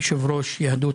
יושב-ראש דגל